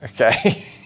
Okay